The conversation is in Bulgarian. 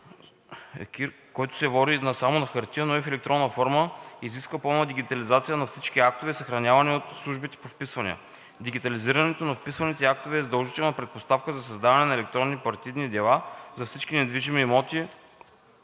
който се води не само на хартия, но и в електронна форма, изисква пълна дигитализация на всички актове, съхранявани от службите по вписванията. Дигитализирането на вписаните актове е задължителна предпоставка за създаване на електронни партидни дела за всички недвижими имоти